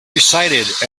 recited